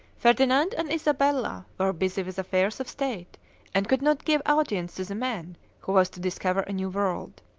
ferdinand and isabella were busy with affairs of state and could not give audience to the man who was to discover a new world.